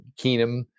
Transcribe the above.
Keenum